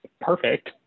perfect